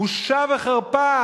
בושה וחרפה.